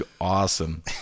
awesome